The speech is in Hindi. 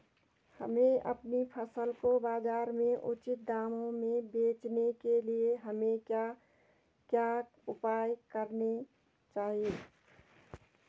हमें अपनी फसल को बाज़ार में उचित दामों में बेचने के लिए हमें क्या क्या उपाय करने चाहिए?